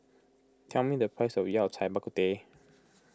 tell me the price of Yao Cai Bak Kut Teh